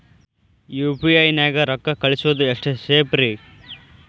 UPI ನ್ಯಾಗ ರೊಕ್ಕ ಕಳಿಸೋದು ಎಷ್ಟ ಸೇಫ್ ರೇ?